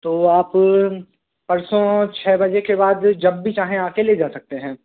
तो आप परसों छ बजे के बाद जब भी चाहें आ कर ले जा सकते हैं